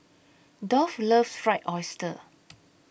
Dolph loves Fried Oyster